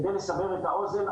כדי לסבר את האוזן,